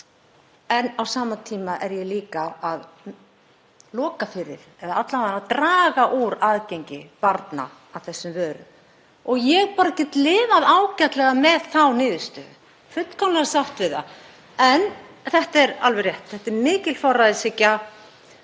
en á sama tíma er ég líka að loka fyrir eða alla vega draga úr aðgengi barna að þessum vörum. Ég get lifað ágætlega með þá niðurstöðu, fullkomlega sátt við það, en það er alveg rétt, þetta er mikil forræðishyggja